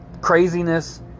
craziness